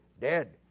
dead